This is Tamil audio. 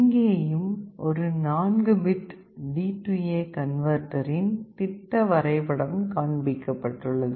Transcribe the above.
இங்கேயும் ஒரு 4 பிட் DA கன்வேர்டரின் திட்ட வரைபடம் காண்பிக்கப்பட்டுள்ளது